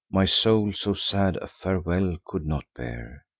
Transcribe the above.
my soul so sad a farewell could not bear.